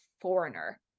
foreigner